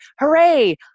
hooray